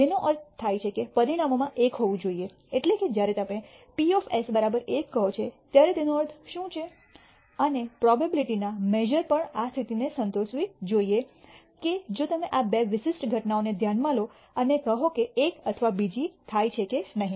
જેનો અર્થ થાય છે કે પરિણામોમાં 1 હોવું જોઈએ એટલે કે જ્યારે તમે P 1 કહો છો ત્યારે તેનો અર્થ શું છે અને પ્રોબેબીલીટી ના મેશ઼ર પણ આ સ્થિતિને સંતોષવી જોઈએ કે જો તમે બે વિશિષ્ટ ઘટનાઓને ધ્યાનમાં લો અને કહો કે એક અથવા બીજી થાય છે કે નહીં